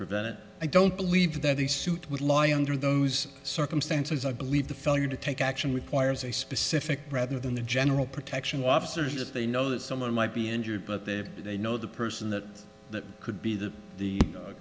prevent it i don't believe that the suit would lie under those circumstances i believe the failure to take action requires a specific rather than the general protection officers if they know that someone might be injured but they they know the person that that could be the